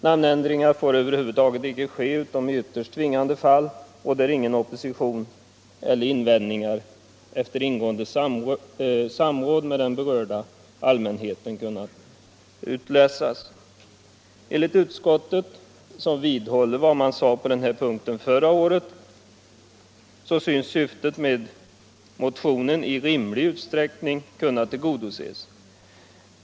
Namnförändringar får över huvud taget icke ske utom i ytterst tvingande fall och där inte någon opposition eller några invändningar efter ingående samråd med den berörda allmänheten kommit fram. Enligt utskottet — som vidhåller vad man sade på denna punkt förra året — synes syftet med motionen i rimlig utsträckning kunna tillgodoses.